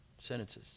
Sentences